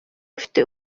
ufite